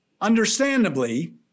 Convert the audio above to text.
Understandably